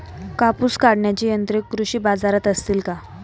कापूस काढण्याची यंत्रे कृषी बाजारात असतील का?